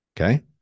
okay